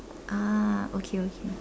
ah okay okay